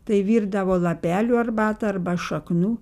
tai virdavo lapelių arbatą arba šaknų